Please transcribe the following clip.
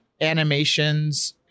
Animations